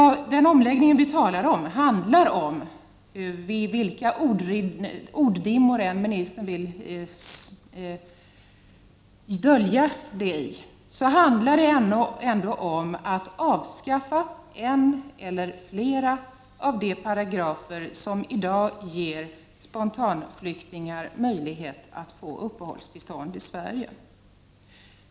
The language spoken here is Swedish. Denna omläggning handlar om — vilka orddimmor invandrarministern än vill dölja det i — att avskaffa en eller flera av de paragrafer som i dag ger spontanflyktingar möjlighet att få uppehållstillstånd i Sverige.